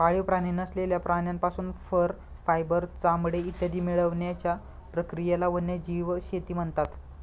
पाळीव प्राणी नसलेल्या प्राण्यांपासून फर, फायबर, चामडे इत्यादी मिळवण्याच्या प्रक्रियेला वन्यजीव शेती म्हणतात